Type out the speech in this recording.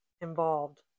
involved